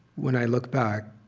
when i look back,